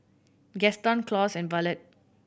Gaston Claus and Ballard